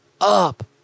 up